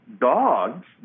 dogs